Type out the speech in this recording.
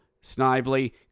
Snively